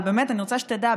אבל באמת אני רוצה שתדע,